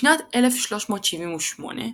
בשנת 1378,